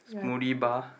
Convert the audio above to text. Molly bar